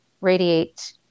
radiate